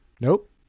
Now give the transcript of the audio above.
Nope